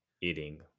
eating